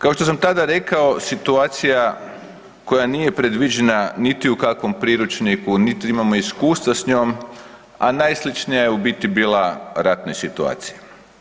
Kao što sam tada rekao, situacija koja nije predviđena niti u kakvom priručniku, niti imamo iskustva s njom a najsličnija je u biti bila ratnoj situaciji.